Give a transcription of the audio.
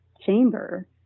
chamber